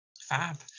fab